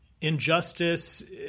injustice